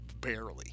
Barely